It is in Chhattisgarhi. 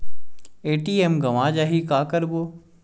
ए.टी.एम गवां जाहि का करबो?